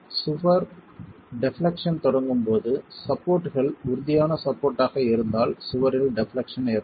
சுவர் டெப்லெக்சன் தொடங்கும் போது சப்போர்ட்கள் உறுதியான சப்போர்ட் ஆக இருந்தால் சுவரில் டெப்லெக்சன் ஏற்படும்